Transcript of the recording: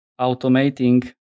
automating